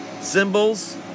symbols